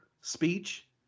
speech